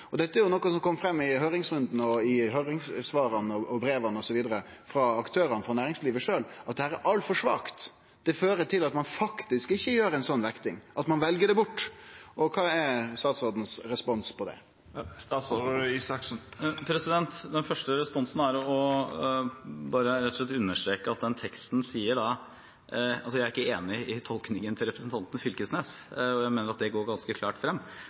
i høyringssvara, i breva osv. frå aktørane i næringslivet sjølv, kom det fram at dette er altfor svakt. Det fører til at ein ikkje vektar slik, at ein vel det bort. Kva er responsen frå statsråden på det? Den første responsen er rett og slett å understreke at jeg ikke er enig i representanten Knag Fylkesnes’ tolkning av forskriftsteksten, og jeg mener at det går ganske klart frem: